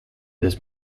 this